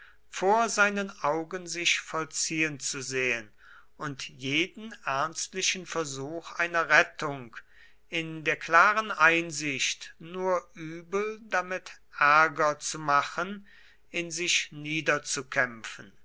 vor seinen augen sich vollziehen zu sehen und jeden ernstlichen versuch einer rettung in der klaren einsicht nur übel damit ärger zu machen in sich